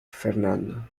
fernando